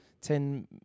Ten